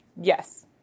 Yes